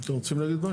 אתם רוצים להגיש משהו?